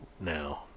now